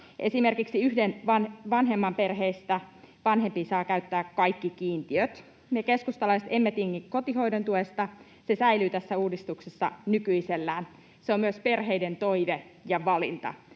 Esimerkiksi yhden vanhemman perheessä vanhempi saa käyttää kaikki kiintiöt. Me keskustalaiset emme tingi kotihoidon tuesta. Se säilyy tässä uudistuksessa nykyisellään. Se on myös perheiden toive ja valinta